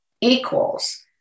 equals